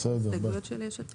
אלה הסתייגויות של יש עתיד.